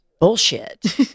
Bullshit